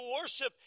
worship